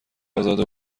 آزاده